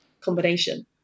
combination